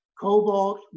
Cobalt